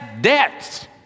debts